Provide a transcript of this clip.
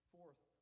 Fourth